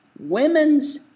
Women's